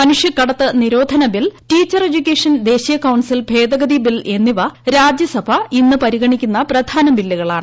മനുഷ്യക്കടത്ത് നിരോധന bill teacher education ദേശീയ council ഭേദഗതി ബിൽ എന്നിവ രാജ്യസഭ ഇന്ന് പരിഗണിക്കുന്ന പ്രധാന ബില്ലുകളാണ്